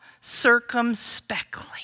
Circumspectly